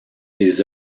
des